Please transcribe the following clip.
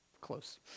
close